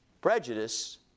prejudice